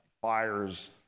fires